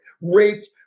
raped